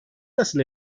nasıl